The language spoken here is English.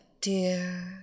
dear